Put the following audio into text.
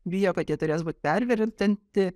bijo kad jie turės būti perverintinti